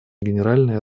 генеральной